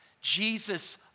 Jesus